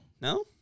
No